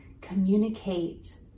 Communicate